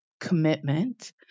commitment